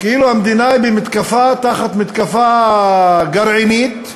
כאילו המדינה היא תחת מתקפה גרעינית.